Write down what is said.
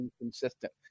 inconsistent